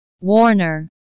warner